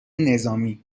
نظامی